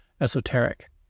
esoteric